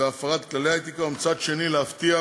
הפרת כללי האתיקה, ומצד שני להבטיח